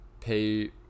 pay